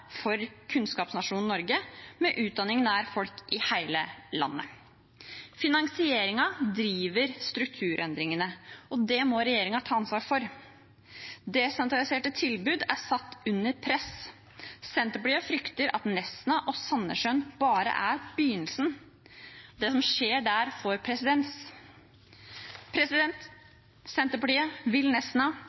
for kunnskapsnasjonen Norge, med utdanning nær folk i hele landet. Finansieringen driver strukturendringene, og det må regjeringen ta ansvar for. Desentraliserte tilbud er satt under press. Senterpartiet frykter at Nesna og Sandnessjøen bare er begynnelsen, at det som skjer der, får presedens. Senterpartiet vil